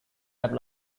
have